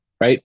right